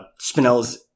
spinels